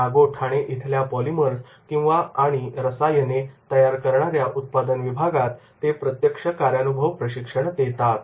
नागोठाणे इथल्या पॉलीमर्स आणि रसायाने तयार करणाऱ्या उत्पादन विभागात ते प्रत्यक्ष कार्यानुभव प्रशिक्षण देतात